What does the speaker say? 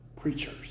Preachers